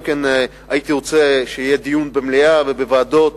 הייתי גם רוצה שיהיה דיון במליאה ובוועדות